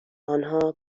آنها